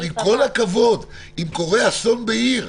אבל עם כל הכבוד, אם קורה אסון בעיר,